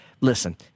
listen